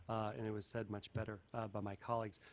and it was said much better by my colleagues.